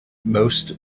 most